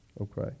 Okay